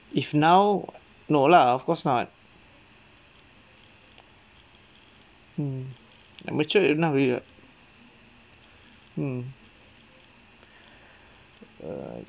if now no lah of course not mm I'm matured enough already [what] mm uh